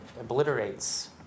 obliterates